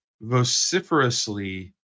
vociferously